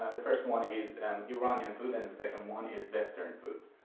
the first one is and iranian food, and the second one is western foods.